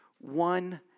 One